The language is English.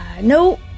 No